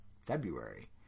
February